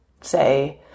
say